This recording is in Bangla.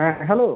হ্যাঁ হ্যালো